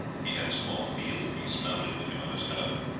he had a small field-piece mounted with him on his elephant,